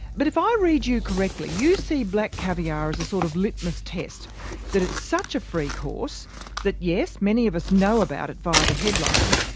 but if i read you correctly, you see black caviar as a sort of litmus test that it's such a freak horse that, yes, many of us know about it via the headlines,